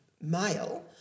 male